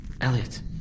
Elliot